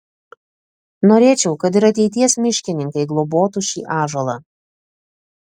norėčiau kad ir ateities miškininkai globotų šį ąžuolą